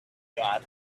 got